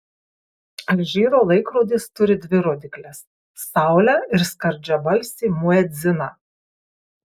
alžyro laikrodis turi dvi rodykles saulę ir skardžiabalsį muedziną